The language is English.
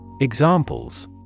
Examples